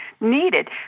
needed